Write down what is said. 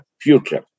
future